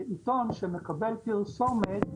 שעיתון שמקבל פרסומת,